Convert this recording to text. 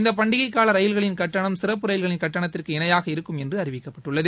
இந்த பண்டிகை கால ரயில்களின் கட்டணம் சிறப்பு ரயில்களின் கட்டணத்திற்கு இணையாக இருக்கும் என்று அறிவிக்கப்பட்டுள்ளது